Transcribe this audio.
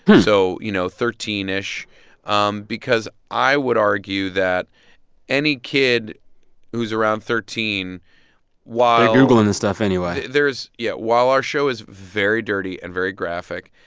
so, you know, thirteen ish um because i would argue that any kid who's around thirteen while. they're googling this stuff anyway there's yeah. while our show is very dirty and very graphic,